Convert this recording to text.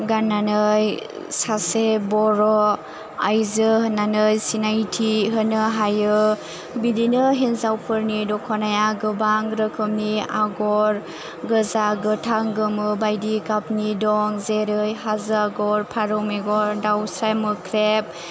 गाननानै सासे बर' आइजो होननानै सिनायथि होनो हायो बिदिनो हिन्जावफोरनि दख'नाया गोबां रोखोमनि आगर गोजा गोथां गोमो बायदि गाबनि दं जेरै हाजो आगर फारौ मेगन दावस्राइ मोख्रेब